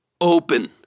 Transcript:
open